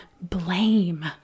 blame